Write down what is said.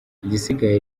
igisigaye